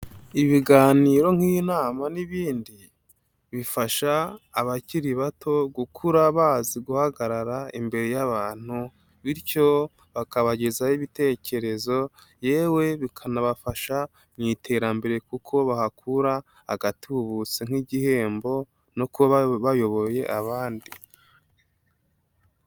Ibiganiro nk'inama n'ibindi, bifasha abakiri bato gukura bazi guhagarara imbere y'abantu bityo bakabagezaho ibitekerezo yewe bikanabafasha mu iterambere kuko bahakura agatubutse nk'igihembo no kuba bayoboye abandi.